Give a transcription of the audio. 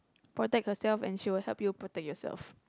protect herself and she will help you project youself